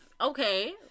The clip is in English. Okay